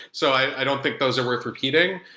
so i don't think those are worth repeating.